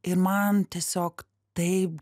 ir man tiesiog taip